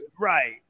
Right